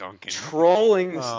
trolling